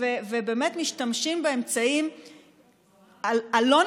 ובאמת משתמשים באמצעים הלא-נכונים,